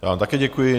Já vám také děkuji.